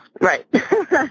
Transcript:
Right